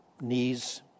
knees